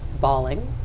bawling